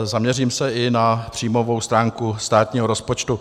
Zaměřím se i na příjmovou stránku státního rozpočtu.